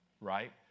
right